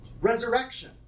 Resurrection